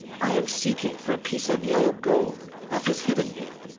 i am seeking for a piece of yellow gold that is hidden here,